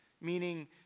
meaning